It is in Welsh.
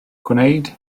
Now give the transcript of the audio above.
gwneud